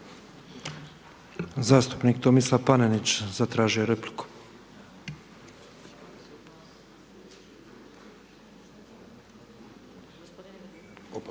Zastupnik Tomislav Panenić zatražio je repliku.